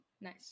nice